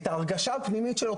את ההרגשה הפנימית שלו.